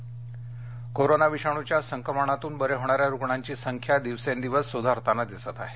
corona संख्या corona विषाणूच्या संक्रमणातून बरे होणाऱ्या रुग्णांची संख्या दिवसेंदिवस सुधारताना दिसत आहे